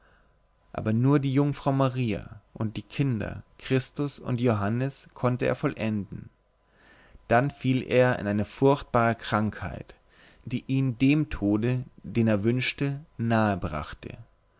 aber nur die jungfrau maria und die kinder christus und johannes konnte er vollenden dann fiel er in eine furchtbare krankheit die ihn dem tode den er wünschte nahe brachte